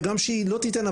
וגם שהיא לא תיתן,